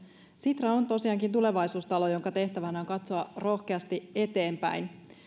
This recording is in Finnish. sitra on tosiaankin tulevaisuustalo jonka tehtävänä on katsoa rohkeasti eteenpäin